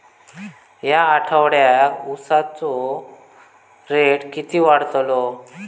या आठवड्याक उसाचो रेट किती वाढतलो?